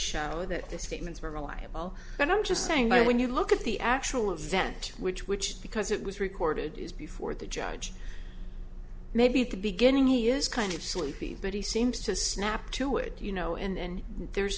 show that the statements were reliable but i'm just saying but when you look at the actual event which which because it was recorded is before the judge maybe at the beginning he is kind of sleepy but he seems to snap to it you know and there's